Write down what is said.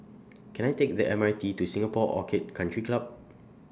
Can I Take The M R T to Singapore Orchid Country Club